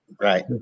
Right